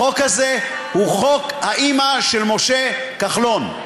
החוק הזה הוא חוק האימא של משה כחלון.